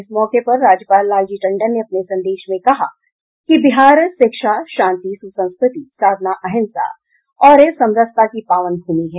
इस मौके पर राज्यपाल लालजी टंडन ने अपने संदेश में कहा है कि बिहार शिक्षा शांति सुसंस्कृति साधना अहिंसा और समरसता की पावन भूमि है